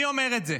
מי אומר את זה?